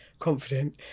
confident